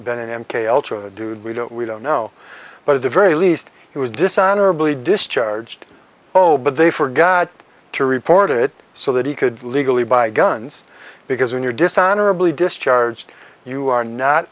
been in m k ultra dude we don't we don't know but at the very least he was dishonorably discharged oh but they forgot to report it so that he could legally buy guns because when you're dishonorably discharged you are not